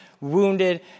wounded